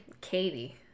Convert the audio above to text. Katie